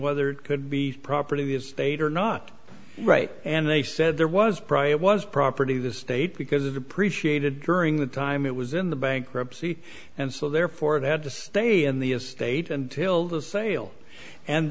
whether it could be property of state or not right and they said there was probably it was property of the state because of appreciated during the time it was in the bankruptcy and so therefore it had to stay in the estate until the sale and